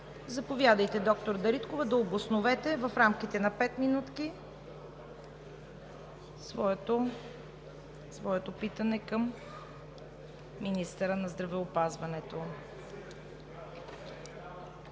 Заповядайте, доктор Дариткова, да обосновете в рамките на пет минути своето питане към министъра на здравеопазването.